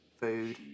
food